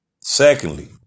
Secondly